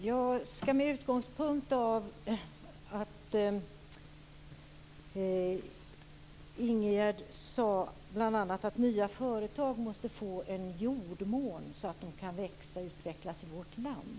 Fru talman! Ingegerd Saarinen sade bl.a. att nya företag måste få en jordmån så att de kan växa och utvecklas i vårt land.